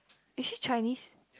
is she Chinese